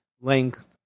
length